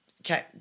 Okay